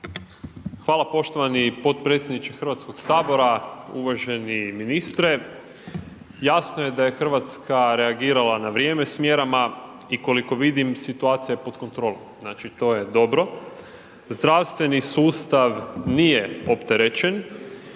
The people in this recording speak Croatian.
Hvala poštovani potpredsjedniče HS-a. Uvaženi ministre. Jasno je da je Hrvatska reagirala na vrijeme s mjerama i koliko vidim situacija je pod kontrolom. Znači to je dobro. Zdravstveni sustav nije opterećen